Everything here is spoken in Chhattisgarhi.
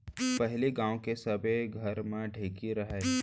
पहिली गांव के सब्बे घर म ढेंकी रहय